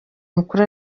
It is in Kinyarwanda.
mukuru